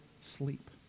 sleep